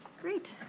great.